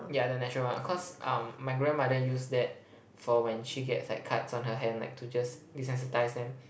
yeah the natural one cause um my grandmother use that for when she get like cuts on her hand like to just desensitize them